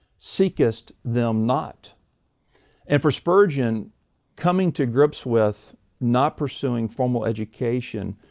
seekest them not and for spurgeon coming to grips with not pursuing formal education,